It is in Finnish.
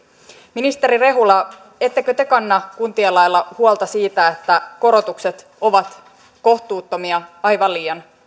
ministeri rehula ettekö te kanna kuntien lailla huolta siitä että korotukset ovat kohtuuttomia aivan liian